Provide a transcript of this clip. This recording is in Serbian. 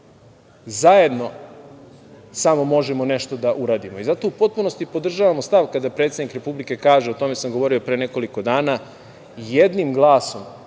mali. Zajedno samo možemo nešto da uradimo i zato u potpunosti podržavamo stav kada predsednik Republike kaže, a o tome sam govorio pre nekoliko dana, jednim glasom